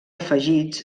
afegits